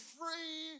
free